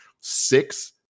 six